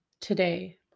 Today